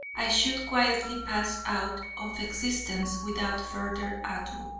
i should, quietly pass out of existence without further ado.